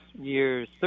years